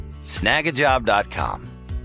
Snagajob.com